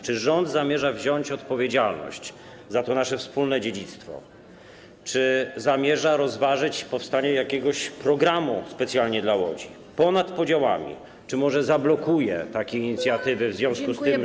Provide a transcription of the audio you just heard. Czy rząd zamierza wziąć odpowiedzialność za to nasze wspólne dziedzictwo, czy zamierza rozważyć powstanie jakiegoś programu specjalnie dla Łodzi, ponad podziałami, czy może zablokuje takie inicjatywy w związku z tym, że.